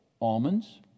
almonds